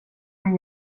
kan